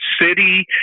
city